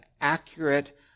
accurate